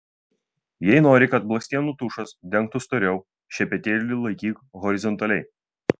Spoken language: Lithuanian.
jei nori kad blakstienų tušas dengtų storiau šepetėlį laikyk horizontaliai